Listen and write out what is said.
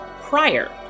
prior